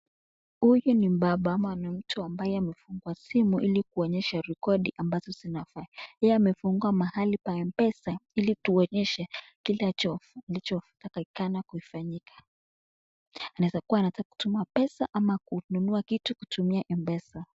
Huyu ni mbaba ama ni mtu ambaye amefungua simu ili kuonyesha rekodi amabazo zinafaa. Yeye amefungua mahali pa M-Pesa ili tuonyeshe kile anachotakikana kufanyika. Anaeza kuwa kuwa anataka kutuma pesa ama kununua kitu kutumia M-Pesa.